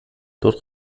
dort